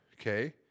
Okay